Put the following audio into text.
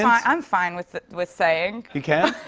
yeah i'm fine with with saying. you can?